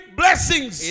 blessings